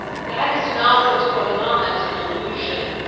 that is not what's going on. that's an illusion.